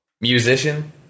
musician